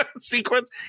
sequence